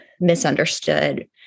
misunderstood